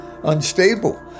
unstable